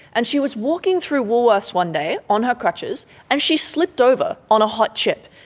and she was walking through woolworths one day on her crutches and she slipped over on a hot chip,